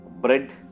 bread